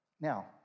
Now